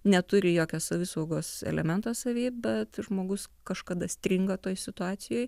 neturi jokio savisaugos elemento savyje bet žmogus kažkada stringa toj situacijoj